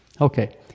Okay